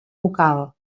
vocal